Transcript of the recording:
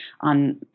on